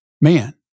man